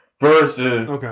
versus